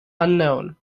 unknown